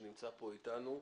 שנמצא פה אתנו.